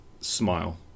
Smile